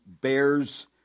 bears